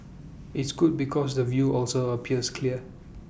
it's good because the view also appears clear